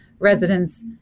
residents